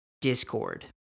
Discord